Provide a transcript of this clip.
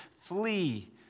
Flee